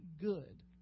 good